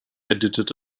edited